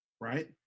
right